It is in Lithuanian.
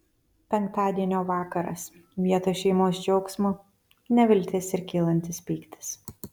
penktadienio vakaras vietoj šeimos džiaugsmo neviltis ir kylantis pyktis